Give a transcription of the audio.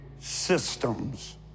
systems